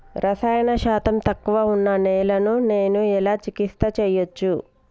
రసాయన శాతం తక్కువ ఉన్న నేలను నేను ఎలా చికిత్స చేయచ్చు?